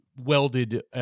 welded